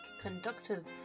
conductive